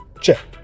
Check